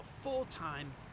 full-time